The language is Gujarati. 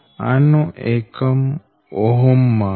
આનો એકમ ઓહમ માં હશે